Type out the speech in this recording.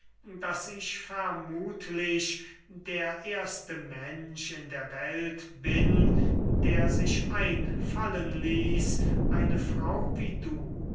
daß ich vermuthlich der erste mensch in der welt bin der sich einfallen ließ eine frau wie du